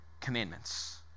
commandments